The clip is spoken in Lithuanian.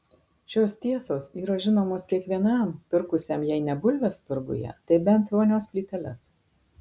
šios tiesos yra žinomos kiekvienam pirkusiam jei ne bulves turguje tai bent vonios plyteles